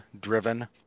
driven